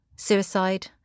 Suicide